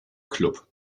klub